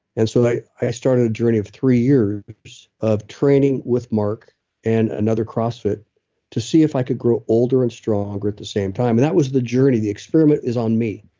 and so, i i started a journey of three years of training with mark and another crossfit to see if i could grow older and stronger at the same time. and that was the journey, the experiment is on me.